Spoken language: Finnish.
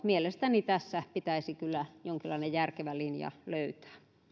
mielestäni tässä suhteessa pitäisi kyllä jonkinlainen järkevä linja löytää